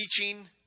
teaching